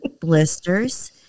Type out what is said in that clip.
blisters